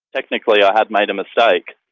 technically i had made a mistake,